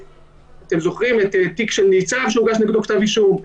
אתם זוכרים את התיק של ניצב שהוגש נגדו כתב אישום,